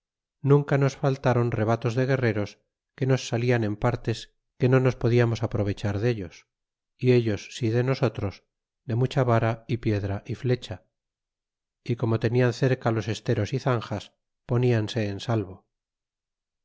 nunca nos faltron rebatos de guerreros que nos salian en partes que no nos podiamos aprovechar dellos y ellos sí denosotros de mucha vara y piedra y flecha y como tenian cerca los esteros y zanjas ponianse en salvo